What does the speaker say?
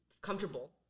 comfortable